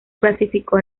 clasificó